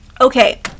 okay